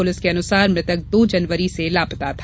police के अनुसार मृतक दो जनवरी से लापता था